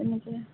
তেনেকৈ